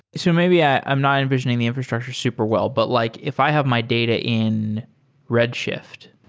so maybe i am not envisioning the infrastructure super well, but like if i have my data in redshift,